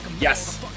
Yes